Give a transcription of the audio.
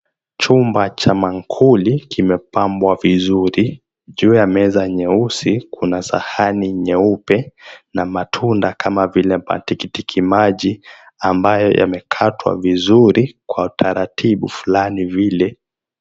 Chumba cha maakuli kimepambwa vizuri. Juu ya meza nyeusi kuna sahani nyeupe na matunda kama vile matikitiki maji ambayo yamekatwa vizuri kwa utaratibu fulani vile.